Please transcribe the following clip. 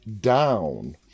down